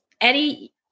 Eddie